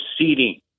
proceeding